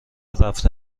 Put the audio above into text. رفته